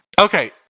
Okay